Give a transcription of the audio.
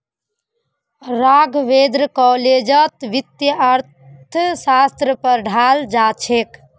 राघवेंद्र कॉलेजत वित्तीय अर्थशास्त्र पढ़ाल जा छ